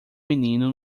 menino